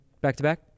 back-to-back